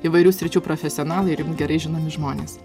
įvairių sričių profesionalai ir jum gerai žinomi žmonės